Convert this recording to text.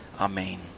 Amen